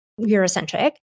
Eurocentric